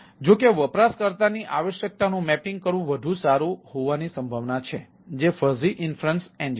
જો કે વપરાશકર્તાની આવશ્યકતાનું મેપિંગ કરવું વધુ સારું હોવાની સંભાવના છે જે ફઝી ઈન્ફેરેન્સ એન્જિન છે